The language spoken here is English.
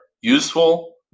useful